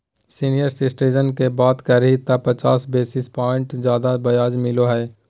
senior citizen के बात करही त पचास बेसिस प्वाइंट ज्यादा ब्याज मिलो हइ